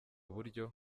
uburyo